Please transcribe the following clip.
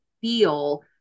feel